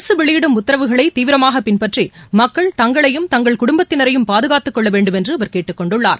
அரசுகள் வெளியிடும் உத்தரவுகளை தீவிரமாக பின்பற்றி மக்கள் தங்களையும் தங்கள் குடும்பத்தினரையும் பாதுகாத்துக் கொள்ள வேண்டுமென்று அவர் கேட்டுக் கொண்டுள்ளார்